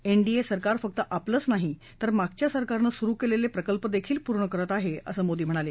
NDA सरकार फक्त आपलेच नाही तर मागच्या सरकारनं सुरु केलेले प्रकल्पही पूर्ण करत आहे असं मोदी म्हणाले